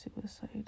Suicide